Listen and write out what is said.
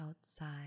outside